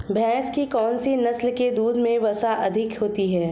भैंस की कौनसी नस्ल के दूध में वसा अधिक होती है?